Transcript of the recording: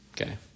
Okay